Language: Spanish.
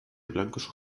blancos